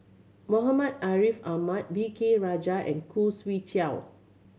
Muhammad Ariff Ahmad V K Rajah and Khoo Swee Chiow